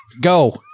Go